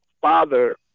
father